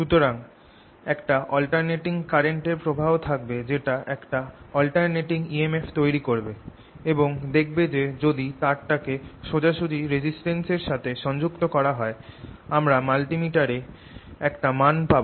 সুতরাং একটা alternating current এর প্রবাহ থাকবে যেটা একটা অল্টারনেটিং EMF তৈরি করবে এবং দেখবে যে যদি তারটাকে সোজাসুজি রেসিস্টেন্স এর সাথে সংযুক্ত করা হয় আমরা মাল্টিমিটারে একটা মান পাব